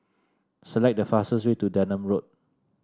select the fastest way to Denham Road